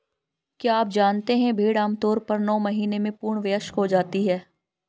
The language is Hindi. क्या आप जानते है भेड़ आमतौर पर नौ महीने में पूर्ण वयस्क हो जाती है?